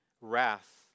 wrath